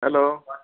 hello